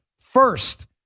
First